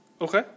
Okay